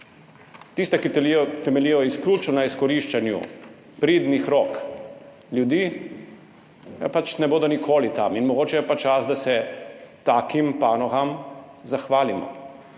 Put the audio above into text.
tista, ki temeljijo izključno na izkoriščanju pridnih rok ljudi, pa pač ne bodo nikoli tam. Mogoče je čas, da se takim panogam zahvalimo.